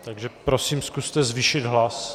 Takže prosím, zkuste zvýšit hlas.